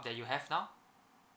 you have now